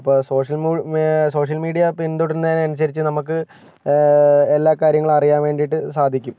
അപ്പോൾ സോഷ്യൽ മു മേ മീഡിയ പിന്തുടരുന്നതിനനുസരിച്ച് നമുക്ക് എല്ലാ കാര്യങ്ങളും അറിയാൻ വേണ്ടിയിട്ട് സാധിക്കും